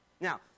Now